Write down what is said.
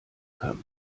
kann